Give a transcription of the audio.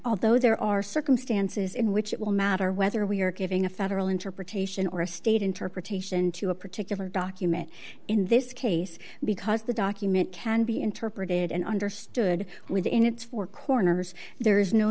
although there are circumstances in which it will matter whether we are giving a federal interpretation or a state interpretation to a particular document in this case because the document can be interpreted and understood within its four corners there is no